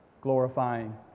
glorifying